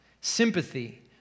sympathy